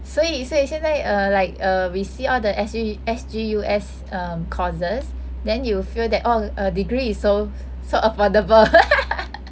所以所以现在 err like err we see all the S_G S_G U_S courses then you will feel that orh a degree is so so affordable